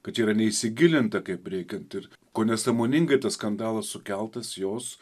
kad čia yra neįsigilinta kaip reikiant ir kone sąmoningai tas skandalas sukeltas jos